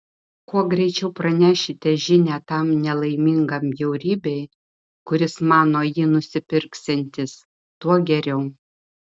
kuo greičiau pranešite žinią tam nelaimingam bjaurybei kuris mano jį nusipirksiantis tuo geriau